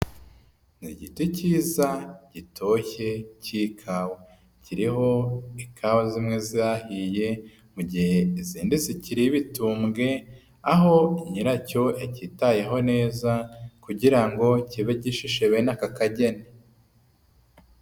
Ni igiti cyiza gitoshye k'ikawa kiriho ikawa zimwe zahiye mu gihe izindi zikiri ibitumbwe aho nyiracyo akitayeho neza kugira ngo kibe gishishe bene aka kageni.